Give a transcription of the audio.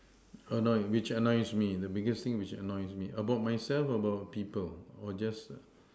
annoy which annoys me the biggest thing which annoys me about myself about people or just